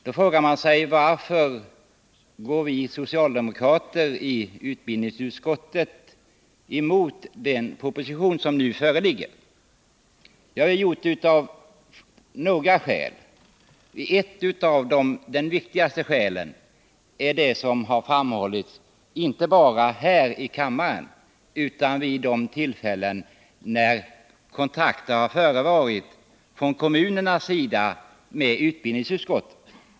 Då frågar man sig: Varför går vi socialdemokrater i utbildningsutskottet emot den proposition som föreligger? Jo, det har vi gjort av några olika skäl. Ett av de viktigaste skälen är det som har framhållits inte bara här i kammaren utan även vid de tillfällen då kontakter har förekommit mellan kommuner och utbildningsutskottet.